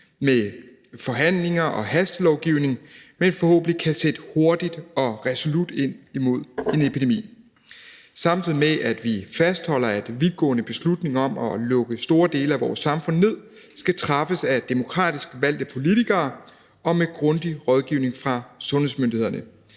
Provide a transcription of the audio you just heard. med forhandlinger og hastelovgivning, men forhåbentlig kan sætte hurtigt og resolut ind mod en epidemi, samtidig med at vi fastholder, at vidtgående beslutninger om at lukke store dele af vores samfund ned skal træffes af demokratisk valgte politikere og med grundig rådgivning fra sundhedsmyndighederne.